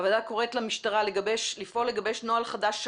הוועדה קוראת למשטרה לפעול לגבש נוהל חדש,